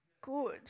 good